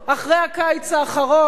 אחרי הקיץ האחרון,